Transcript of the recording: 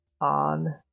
on